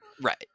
Right